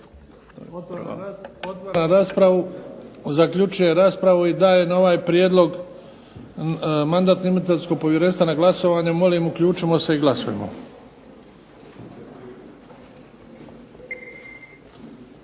Otvaram raspravu. Zaključujem raspravu i dajem ovaj prijedlog Mandatno-imunitetskog povjerenstva na glasovanje. Molim uključimo se i glasujmo.